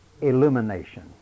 illumination